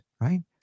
right